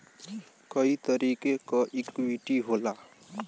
कई तरीके क इक्वीटी होला